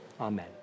Amen